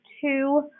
two